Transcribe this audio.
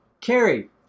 Carrie